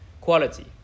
quality